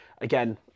again